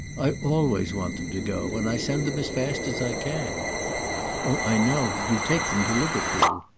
i always want them to go, and i send them as fast as i can oh i know you take them to liverpool.